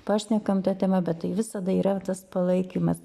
pašnekam ta tema bet tai visada yra tas palaikymas